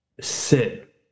sit